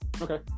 okay